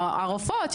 הרופאות,